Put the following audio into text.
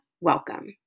welcome